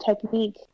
technique